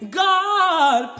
god